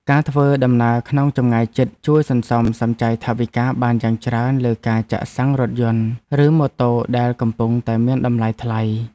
ការធ្វើដំណើរក្នុងចម្ងាយជិតជួយសន្សំសំចៃថវិកាបានយ៉ាងច្រើនលើការចាក់សាំងរថយន្ត ឬម៉ូតូដែលកំពុងតែមានតម្លៃថ្លៃ។